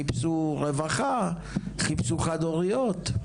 חיפשו רווחה חיפשו חד הוריות.